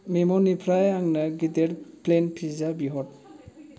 मिम'निफ्राय आंनो गिदिर प्लेन फिज्जा बिहर